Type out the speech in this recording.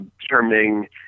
determining